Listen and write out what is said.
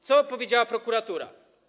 Co powiedziała prokuratura?